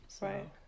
Right